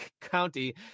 county